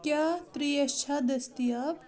کیٛاہ ترٛیش چھےٚ دٔستیاب